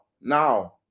Now